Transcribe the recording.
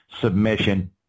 submission